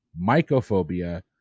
mycophobia